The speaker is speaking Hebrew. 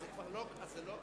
זה לא אקדמיה.